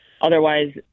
otherwise